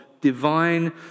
divine